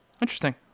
Interesting